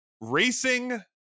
racing